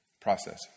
process